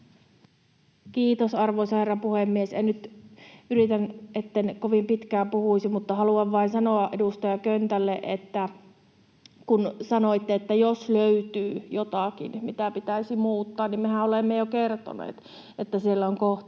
Kiitos, arvoisa herra puhemies! Yritän, etten kovin pitkään puhuisi, mutta haluan vain sanoa edustaja Köntälle, että kun sanoitte, että jos löytyy jotakin, mitä pitäisi muuttaa, niin mehän olemme jo kertoneet, että siellä on kohtia,